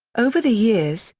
over the years,